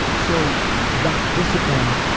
so that discipline,